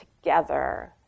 together